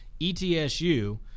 ETSU